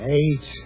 eight